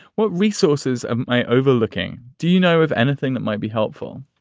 what resources my overlooking. do you know of anything that might be helpful?